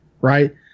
right